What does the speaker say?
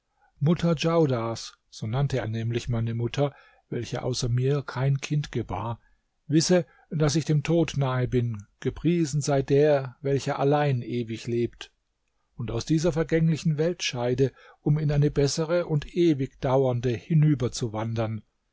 außer mir kein kind gebar wisse daß ich dem tod nahe bin gepriesen sei der welcher allein ewig lebt und aus dieser vergänglichen welt scheide um in eine bessere und ewigdauernde